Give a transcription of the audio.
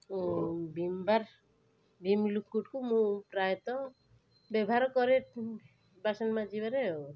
ଓ Vim bar Vim ଲିକୁଇଡ଼କୁ ମୁଁ ପ୍ରାୟତଃ ବ୍ୟବହାର କରେ ଉଁ ବାସନ ମାଜିବାରେ ଆଉ